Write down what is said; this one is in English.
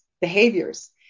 behaviors